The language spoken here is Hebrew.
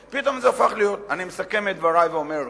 פתאום זה הפך להיות, אני מסכם את דברי ואומר כך: